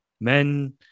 men